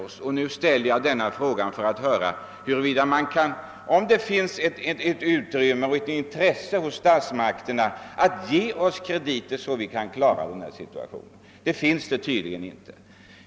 Därför ställer jag nu frågan: Finns det utrymme, och vilket intresse har statsmakterna för att ge oss krediter, så att vi kan klara upp den nuvarande situationen? Det finns det tydligen inte.